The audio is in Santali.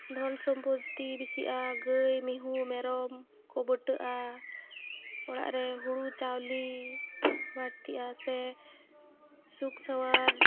ᱫᱷᱚᱱ ᱥᱚᱢᱯᱚᱛᱛᱤ ᱵᱮᱥᱤᱜᱼᱟ ᱜᱟᱹᱭ ᱢᱤᱦᱩ ᱢᱮᱨᱚᱢ ᱠᱚ ᱵᱟᱹᱰᱟᱹᱜᱼᱟ ᱚᱲᱟᱜ ᱨᱮ ᱦᱩᱲᱩ ᱪᱟᱣᱞᱮ ᱵᱟᱹᱲᱛᱤᱜᱼᱟ ᱥᱮ ᱥᱩᱠ ᱥᱟᱶᱟᱨ